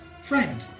friend